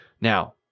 Now